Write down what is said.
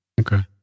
Okay